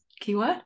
keyword